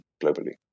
globally